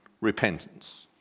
repentance